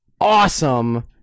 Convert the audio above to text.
awesome